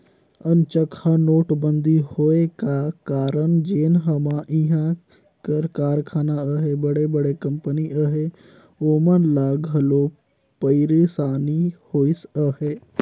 अनचकहा नोटबंदी होए का कारन जेन हमा इहां कर कारखाना अहें बड़े बड़े कंपनी अहें ओमन ल घलो पइरसानी होइस अहे